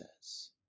says